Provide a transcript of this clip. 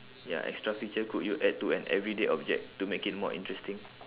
ya extra feature could you add to an everyday object to make it more interesting